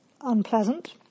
unpleasant